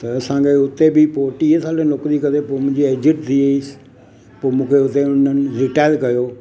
त असांखे हुते बि चोटीह साल नौकिरी करे पोइ मुंहिंजी एजेड थी वियुसि पोइ मूंखे हुते उन्हनि रिटायर कयो